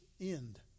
end